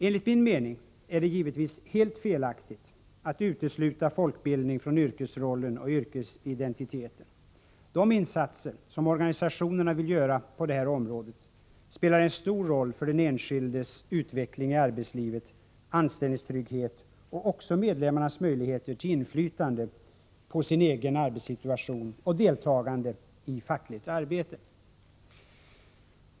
Enligt min mening är det givetvis helt felaktigt att utesluta folkbildning från yrkesrollen och yrkesidentiteten. De insatser som organisationerna vill göra på detta område spelar en stor roll för den enskildes utveckling i arbetslivet och anställningstrygghet och också för medlemmarnas möjligheter till inflytande på sin egen arbetssituation och deltagande i fackligt arbete.